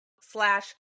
slash